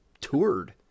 toured